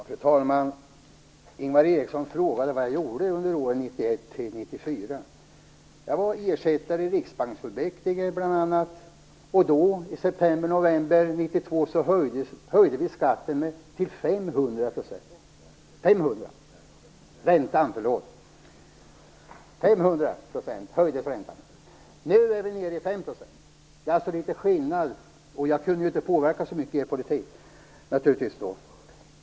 Fru talman! Ingvar Eriksson frågade mig vad jag gjorde under åren 1991-94. Jag var bl.a. ersättare i Riksbanksfullmäktige, och då, i september och november 1992, höjde vi räntan till 500 %. Nu är den nere i 5 %. Det är alltså litet skillnad. Jag kunde naturligtvis inte påverka er politik så mycket.